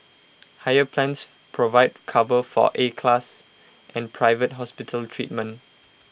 higher plans provide cover for A class and private hospital treatment